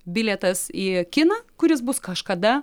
bilietas į kiną kuris bus kažkada